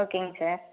ஓகேங்க சார்